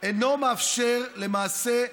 אינו מאפשר למעשה,